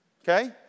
Okay